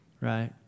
right